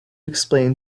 explain